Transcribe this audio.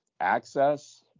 access